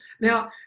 Now